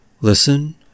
Listen